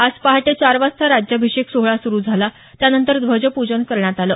आज पहाटे चार वाजता राज्याभिषेक सोहळा सुरू झाला त्या नंतर ध्वजपूजन कऱण्यात आलं